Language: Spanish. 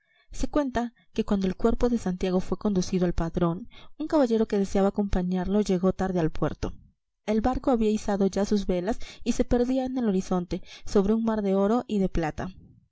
se cuenta que cuando el cuerpo de santiago fue conducido al padrón un caballero que deseaba acompañarlo llegó tarde al puerto el barco había izado ya sus velas y se perdía en el horizonte sobre un mar de oro y de plata